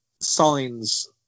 signs